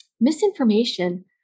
misinformation